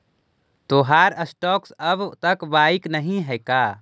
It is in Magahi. तोहार स्टॉक्स अब तक बाइक नही हैं का